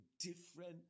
different